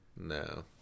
No